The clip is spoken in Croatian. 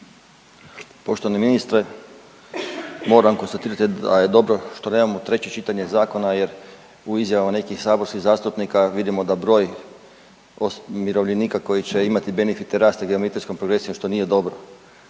Poštovani ministre. Moram konstatirati da je dobro što nemamo treće čitanje zakona jer u izjavama nekih saborskih zastupnika vidimo da broj umirovljenika koji će imati benefite rasta geometrijskom progresijom što nije dobro.